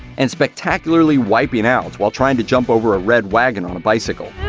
and spectacularly wiping out while trying to jump over a red wagon on a bicycle.